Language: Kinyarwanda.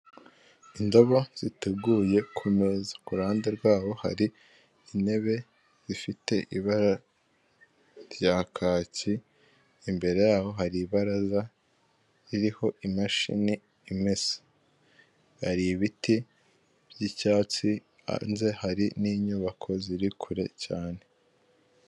Indobo ziteguye kumeza kuruhande rwaho hari intebe zifite ibara rya kaki imbere yabo hari ibaraza ririho imashini imesa hari ibiti byicyatsi hanze hari n'inyubako ziri kure cyane.